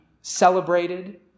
celebrated